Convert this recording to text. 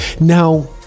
Now